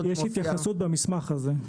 יש התייחסות במסמך הזה.